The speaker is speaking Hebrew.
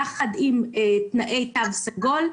יחד עם תנאי תו סגול,